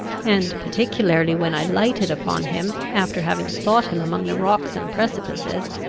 and particularly when i lighted upon him after having sought him among the rocks and precipices,